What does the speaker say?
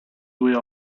due